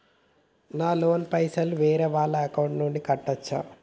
నా లోన్ పైసలు వేరే వాళ్ల అకౌంట్ నుండి కట్టచ్చా?